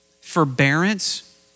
forbearance